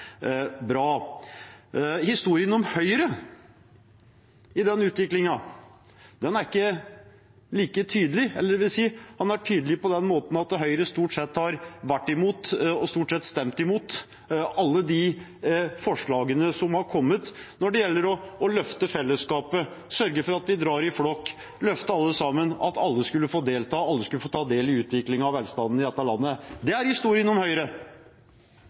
bra. Historien om Høyre i den utviklingen er ikke like tydelig – eller, den er tydelig på den måten at Høyre stort sett har vært imot og stort sett stemt imot alle de forslagene som har kommet når det gjelder å løfte fellesskapet, sørge for at vi drar i flokk, løfte alle sammen, at alle skulle få delta og ta del i utviklingen av velstanden i dette landet. Det er historien om Høyre.